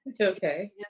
okay